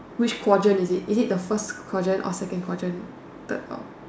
which quadrant is it is it the first quadrant or second quadrant third fourth